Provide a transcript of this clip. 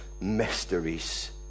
mysteries